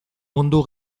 mundu